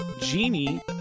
Genie